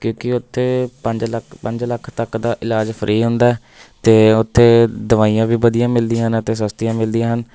ਕਿਉਂਕਿ ਉੱਥੇ ਪੰਜ ਲੱਖ ਪੰਜ ਲੱਖ ਤੱਕ ਦਾ ਇਲਾਜ ਫ੍ਰੀ ਹੁੰਦਾ ਅਤੇ ਉੱਥੇ ਦਵਾਈਆਂ ਵੀ ਵਧੀਆ ਮਿਲਦੀਆਂ ਹਨ ਅਤੇ ਸਸਤੀਆਂ ਮਿਲਦੀਆਂ ਹਨ